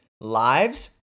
lives